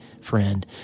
friend